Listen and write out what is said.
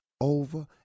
over